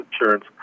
insurance